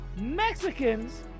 Mexicans